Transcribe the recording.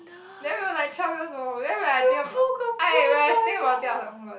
then we were like twelve years old then when I think of when I think about it I was oh-my-god